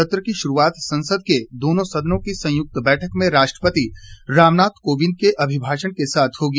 सत्र की शुरूआत संसद के दोनों सदनों की संयुक्त बैठक में राष्ट्रपति रामनाथ कोविंद के अभिभाषण के साथ होगी